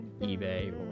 ebay